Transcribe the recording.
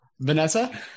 Vanessa